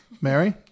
mary